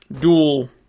dual